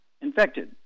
infected